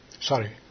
Sorry